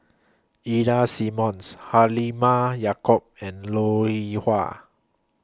Ida Simmons Halimah Yacob and Lou E Wah